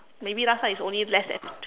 maybe last time it's only less than